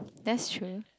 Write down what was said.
that's true